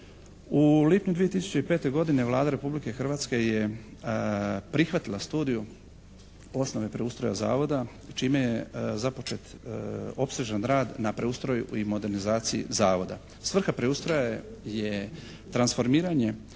U lipnju 2005. godine Vlada Republike Hrvatske je prihvatila studiju «Osnove preustroja Zavoda» čime je započet opsežan rad na preustroju i modernizaciji Zavoda. Svrha preustroja je transformiranje